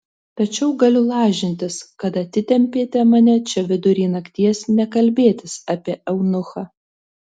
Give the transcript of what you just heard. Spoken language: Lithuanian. tačiau galiu lažintis kad atitempėte mane čia vidury nakties ne kalbėtis apie eunuchą